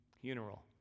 funeral